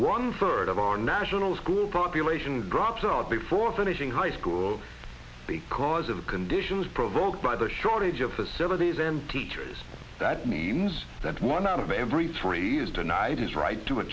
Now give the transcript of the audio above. one third of our national school property lation dropped out before finishing high school because of the conditions provoked by the shortage of facilities and teachers that means that one out of every three is denied his right to a